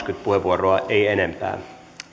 puheenvuoroa ei enempää